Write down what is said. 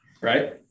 right